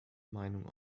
meinung